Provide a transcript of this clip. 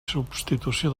substitució